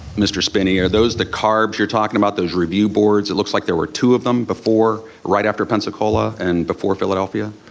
mr. spinney, are those the carbs you're talking about, those review boards? it looks like there were two of them before, right after pensacola and before philadelphia?